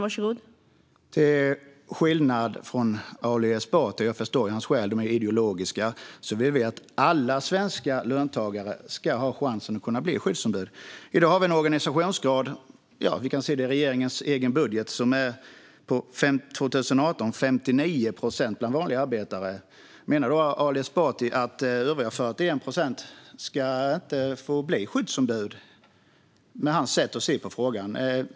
Fru talman! Jag förstår Ali Esbatis skäl - de är ideologiska. Men till skillnad från honom vill vi att alla svenska löntagare ska ha chansen att bli skyddsombud. Vi kan i regeringens egen budget se att vi har en organisationsgrad som enligt siffror från 2018 ligger på 59 procent bland vanliga arbetare. Menar då Ali Esbati, med sitt sätt att se på frågan, att övriga 41 procent inte ska få bli skyddsombud?